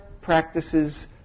practices